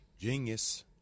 Genius